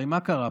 הרי מה קרה פה?